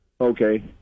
Okay